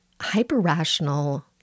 hyper-rational